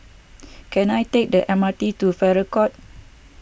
can I take the M R T to Farrer Court